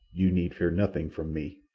you need fear nothing from me.